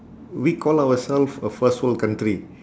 we call ourselves a first world country